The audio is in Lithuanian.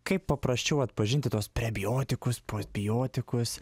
kaip paprasčiau atpažinti tuos prebiotikus postbiotikus